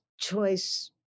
choice